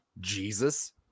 Jesus